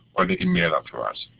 or they can mail it to us.